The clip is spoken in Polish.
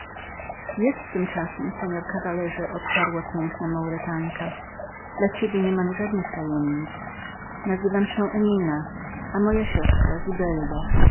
jedz tymczasem senorze odparła piękna maurytanka dla ciebie nie mamy żadnych tajemnic nazywam się emina a moja siostra